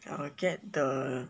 I will get the